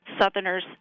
southerners